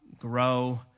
grow